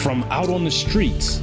from out on the streets